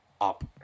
up